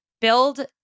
build